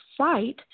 site